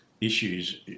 issues